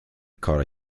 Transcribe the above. caught